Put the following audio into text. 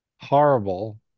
horrible